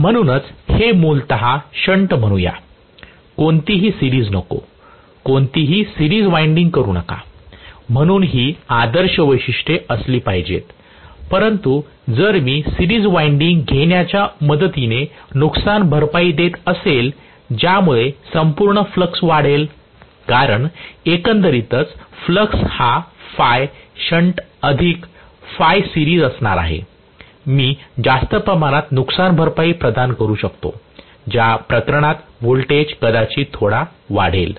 म्हणूनच हे मूलतः शंट म्हणूया कोणतीही सिरीज नको कोणतीही सिरीज वाइंडिंग करू नका म्हणून ही आदर्श वैशिष्ट्ये असली पाहिजेत परंतु जर मी सिरीज वाइंडिंग घेण्याच्या मदतीने नुकसान भरपाई देत असेल ज्यामुळे संपूर्ण फ्लक्स वाढेल कारण एकंदरीत फ्लक्स हा फाय शंट अधिक फाय सिरीज असणार आहे मी जास्त प्रमाणात नुकसानभरपाई प्रदान करू शकते ज्या प्रकरणात व्होल्टेज कदाचित थोडा वाढेल